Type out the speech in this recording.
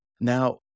Now